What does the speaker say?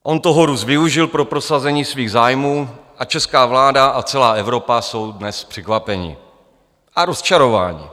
On toho Rus využil pro prosazení svých zájmů a česká vláda a celá Evropa jsou dnes překvapeny a rozčarovány.